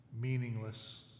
meaningless